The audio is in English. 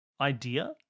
idea